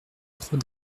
trop